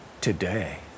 today